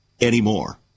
anymore